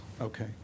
Okay